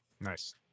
Nice